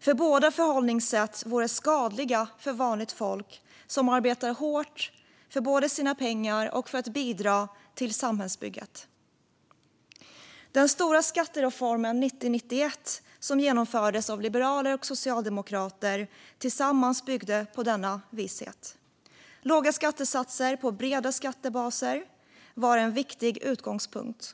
för båda förhållningssätten vore skadliga för vanligt folk som arbetar hårt för sina pengar och för att bidra till samhällsbygget. Den stora skattereformen 1990-91 som genomfördes av liberaler och socialdemokrater tillsammans byggde på denna vishet. Låga skattesatser på breda skattebaser var en viktig utgångspunkt.